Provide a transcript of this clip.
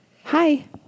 Hi